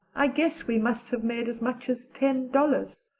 i guess we must have made as much as ten dollars.